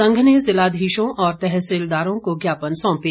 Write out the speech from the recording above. संघ ने जिलाधीशों और तहसीलदारों को ज्ञापन सौंपे